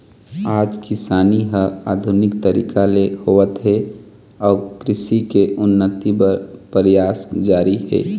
आज किसानी ह आधुनिक तरीका ले होवत हे अउ कृषि के उन्नति बर परयास जारी हे